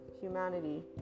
humanity